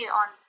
on